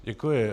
Děkuji.